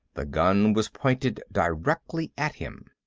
the gun was pointed directly at him.